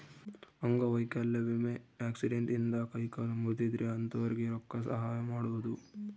ಅಂಗವೈಕಲ್ಯ ವಿಮೆ ಆಕ್ಸಿಡೆಂಟ್ ಇಂದ ಕೈ ಕಾಲು ಮುರ್ದಿದ್ರೆ ಅಂತೊರ್ಗೆ ರೊಕ್ಕ ಸಹಾಯ ಮಾಡೋದು